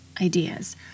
Ideas